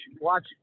watch